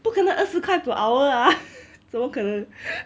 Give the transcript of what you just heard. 不可能二十块 per hour ah 怎么可能